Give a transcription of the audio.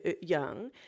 young